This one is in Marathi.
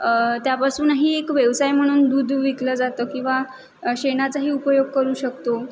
त्या त्यापासूनही एक व्यवसाय म्हणून दूध विकल्या जातं किंवा शेणाचाही उपयोग करू शकतो